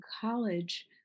college